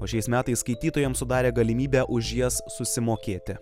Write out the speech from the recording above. o šiais metais skaitytojams sudarė galimybę už jas susimokėti